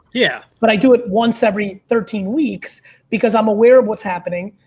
yeah. but i do it once every thirteen weeks because i'm aware of what's happening.